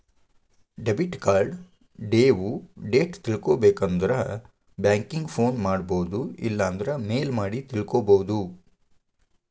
debit card due date ತಿಳ್ಕೊಬೇಕಂದ್ರ banking phone ಮಾಡೊಬೋದು ಇಲ್ಲಾಂದ್ರ ಮೇಲ್ ಮಾಡಿ ತಿಳ್ಕೋಬೋದು